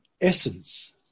essence